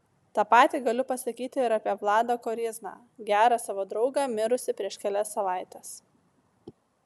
tą patį galiu pasakyti ir apie vladą koryzną gerą savo draugą mirusį prieš kelias savaites